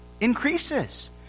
increases